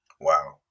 Wow